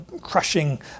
crushing